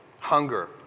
Hunger